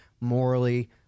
morally